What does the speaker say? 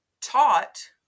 taught